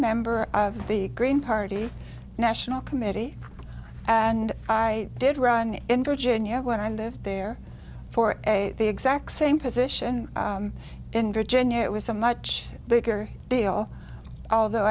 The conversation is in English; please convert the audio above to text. member of the green party national committee and i did run in virginia when they're there for a the exact same position in virginia it was a much bigger deal although